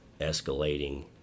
escalating